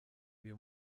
uyu